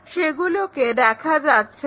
সেগুলোকে দেখা যাচ্ছে না